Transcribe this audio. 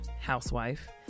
housewife